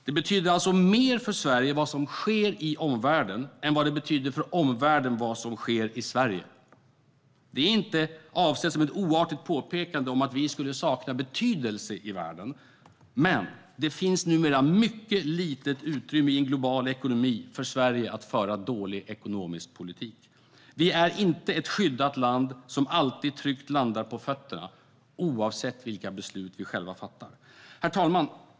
Det betyder alltså mer för Sverige vad som sker i omvärlden än det betyder för omvärlden vad som sker i Sverige. Det är inte avsett som ett oartigt påpekande om att vi skulle sakna betydelse för andra. Men det finns numera ett mycket litet utrymme i en global ekonomi för Sverige att föra dålig ekonomisk politik. Vi är inte ett skyddat land som alltid tryggt landar på fötterna, oavsett vilka beslut vi fattar. Herr talman!